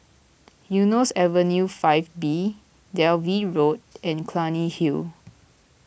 Eunos Avenue five B Dalvey Road and Clunny Hill